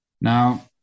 now